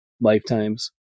lifetimes